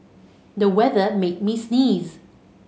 the weather made me sneeze